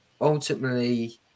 ultimately